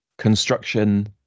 construction